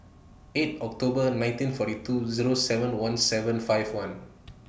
eight October nineteen forty two Zero seven one seven five one